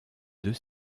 deux